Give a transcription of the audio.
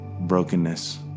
brokenness